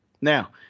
Now